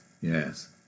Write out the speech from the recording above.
yes